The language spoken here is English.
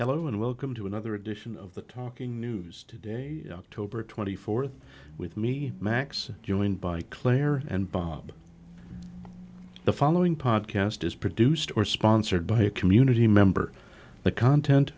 hello and welcome to another edition of talking news today over twenty four with me max joined by claire and bob the following podcast is produced or sponsored by a community member the content